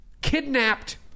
Kidnapped